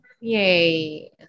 Yay